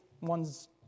One's